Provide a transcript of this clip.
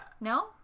No